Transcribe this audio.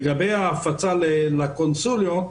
לגבי ההפצה לקונסוליות,